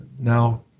now